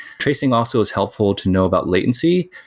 tracing also is helpful to know about latency.